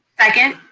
second?